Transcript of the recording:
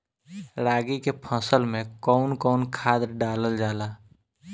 रागी के फसल मे कउन कउन खाद डालल जाला?